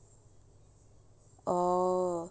orh